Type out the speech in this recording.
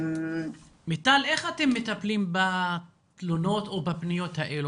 מיטל, איך אתם מטפלים בפניות האלה?